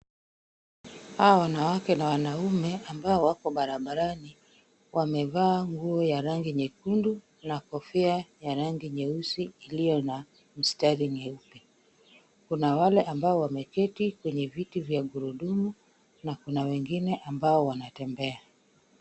Hawa wanawake na wanaume, ambao wako barabarani, wamevaa nguo ya rangi nyekundu na kofia ya rangi nyeusi iliyo na mstari nyeupe. Kuna wale mbao wameketi kwenye viti vya gurudumu na kuna wengine ambao wanatembea.